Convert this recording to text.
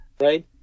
right